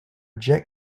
jet